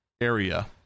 area